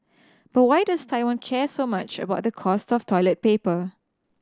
but why does Taiwan care so much about the cost of toilet paper